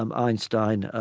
um einstein ah